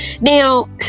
Now